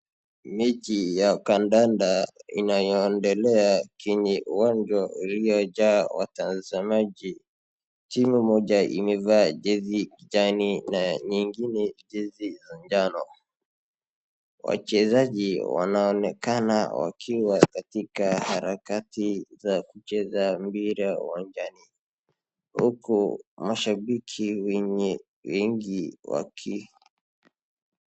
Mechi ya kandanda inayoendelea kwenye uwanja uliojaa watazamaji. Timu moja imevaa jezi kijani na nyingine jezi manjano. Wachezaji wanaonekana wakiwa katika harakati za kucheza mpira uwanjani, huku washabiki wengi waki.